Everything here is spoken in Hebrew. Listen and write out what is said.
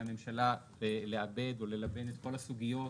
הממשלה לעבד או ללבן את כל הסוגיות,